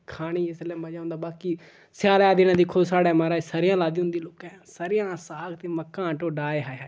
खानी जिसलै मजा औंदा बाकी स्यालै दे दिनै दिक्खो साढ़ै माराज सरेआं लाई दी होंदी लोकें सरेआं दा साग ते मक्का दा ढोड्डा हाय हाय